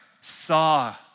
saw